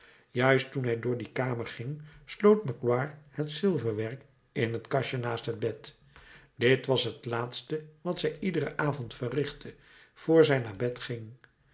juist toen hij door die kamer ging sloot magloire het zilverwerk in het kastje naast het bed dit was het laatste wat zij iederen avond verrichtte vr zij naar bed ging